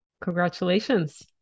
Congratulations